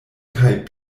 kaj